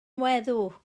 weddw